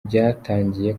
byatangiye